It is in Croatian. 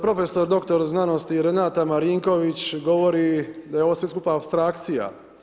Prof. dr. znanosti Renata Marinković govori da je ovo sve skupa apstrakcija.